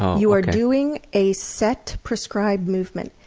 you are doing a set, prescribed movement.